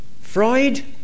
Freud